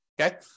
Okay